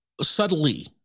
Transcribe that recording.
subtly